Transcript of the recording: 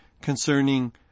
concerning